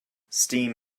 steam